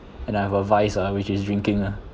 and I have a vice ah which is drinking ah